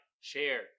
share